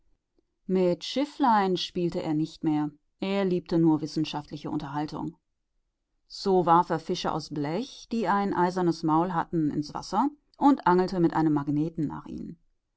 mit schifflein spielte er nicht mehr er liebte nur wissenschaftliche unterhaltung so warf er fische aus blech die ein eisernes maul hatten ins wasser und angelte mit einem magneten nach ihnen